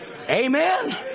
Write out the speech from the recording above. Amen